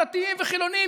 דתיים וחילונים,